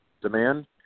demand